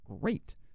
great